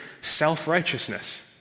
self-righteousness